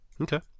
okay